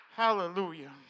Hallelujah